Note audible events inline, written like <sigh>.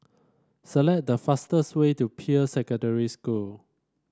select the fastest way to <unintelligible> Secondary School